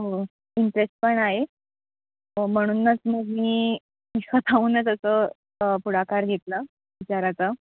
हो इंटरेस्ट पण आहे म्हणूनच मग मी स्वतःहूनच असं पुढाकार घेतला विचारायचा